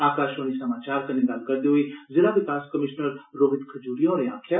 आकाशवाणी समाचार कन्नै गल करदे होई ज़िला विकास कमीश्नर रोहित खजूरिया होरें आक्खेआ